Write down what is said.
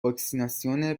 واکسیناسیون